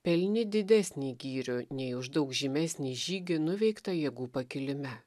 pelni didesnį gyrių nei už daug žymesnį žygį nuveiktą jėgų pakilime